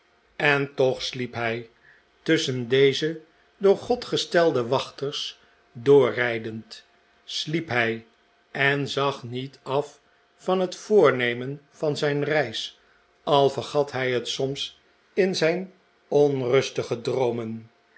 en toch sliep hij tusschen deze door god gestelde wachters doorrijdend sliep hij en zag niet af van het voornemen van zijn reis al vergat hij het soms in zijn onrustige droomen